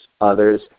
others